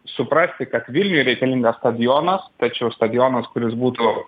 suprasti kad vilniui reikalingas stadionas tačiau stadionas kuris būtų